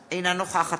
אינו נוכח רחל עזריה,